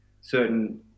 certain